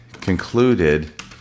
concluded